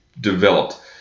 developed